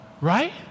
right